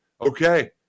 okay